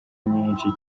nyinshi